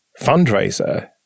fundraiser